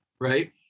right